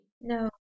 no